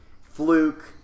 fluke